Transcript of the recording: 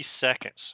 seconds